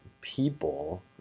people